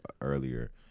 earlier